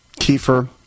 kefir